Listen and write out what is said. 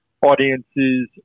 audiences